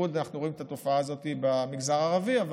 אנחנו רואים את התופעה הזאת בייחוד במגזר הערבי.